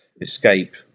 escape